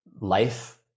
life